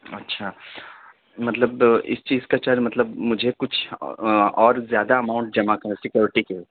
اچھا مطلب اِس چیز کا چار مطلب مجھے کچھ اور زیادہ اماؤنٹ جمع کر سیکورٹی کے